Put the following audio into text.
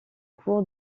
cour